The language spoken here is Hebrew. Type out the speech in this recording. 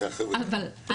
חבר'ה,